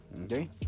Okay